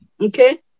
Okay